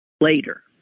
later